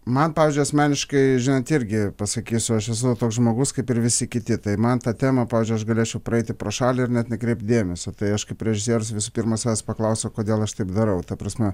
man pavyzdžiui asmeniškai žinant irgi pasakysiu aš esu toks žmogus kaip ir visi kiti tai man ta tema pavyzdžiui aš galėčiau praeiti pro šalį ir net nekreipt dėmesio tai aš kaip režisierius visų pirma savęs paklausiu o kodėl aš taip darau ta prasme